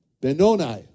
Benoni